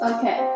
Okay